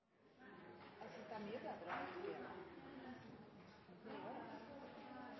jeg det er mye